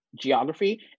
geography